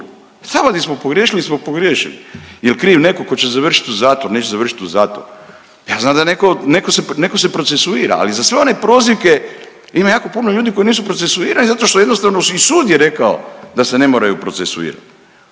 gdje smo pogriješili smo pogriješili. Jel' kriv netko tko će završiti u zatvoru, neće završiti u zatvoru? Ja znam da netko se procesuira, ali za sve one prozivke ima jako puno ljudi koji nisu procesuirani zato što jednostavno i sud je rekao da se ne moraju procesuirati.